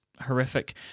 horrific